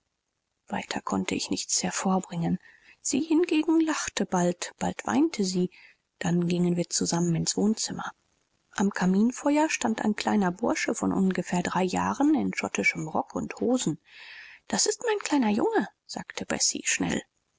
weiter konnte ich nichts hervorbringen sie hingegen lachte bald bald weinte sie dann gingen wir zusammen ins wohnzimmer am kaminfeuer stand ein kleiner bursche von ungefähr drei jahren in schottischem rock und hosen das ist mein kleiner junge sagte bessie schnell